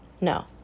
No